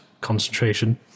concentration